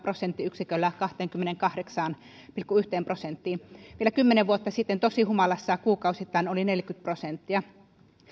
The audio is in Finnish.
prosenttiyksiköllä kahteenkymmeneenkahdeksaan pilkku yhteen prosenttiin vielä kymmenen vuotta sitten tosi humalassa kuukausittain oli neljäkymmentä prosenttia